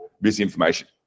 misinformation